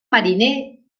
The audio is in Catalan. mariner